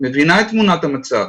מבינה את תמונת המצב.